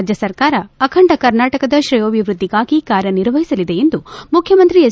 ರಾಜ್ಯ ಸರ್ಕಾರ ಅಖಂಡ ಕರ್ನಾಟಕದ ತ್ರೇಯೋಭಿವೃದ್ದಿಗಾಗಿ ಕಾರ್ಯನಿರ್ವಹಿಸಲಿದೆ ಎಂದು ಮುಖ್ಯಮಂತ್ರಿ ಎಚ್